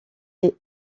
est